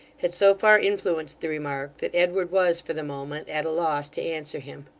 had so far influenced the remark, that edward was, for the moment, at a loss to answer him.